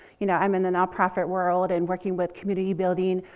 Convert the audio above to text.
you know, i'm in the nonprofit world and working with community building,